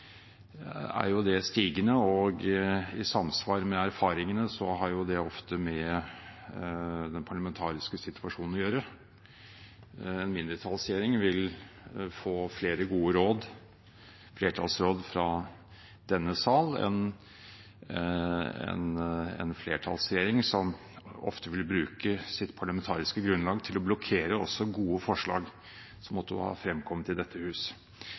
stigende, og i samsvar med erfaringene har det ofte med den parlamentariske situasjonen å gjøre. Mindretallsregjeringer vil få flere gode råd, flertallsråd, fra denne sal enn en flertallsregjering, som ofte vil bruke sitt parlamentariske grunnlag til å blokkere også gode forslag som måtte ha fremkommet i dette hus.